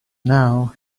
now